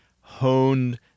honed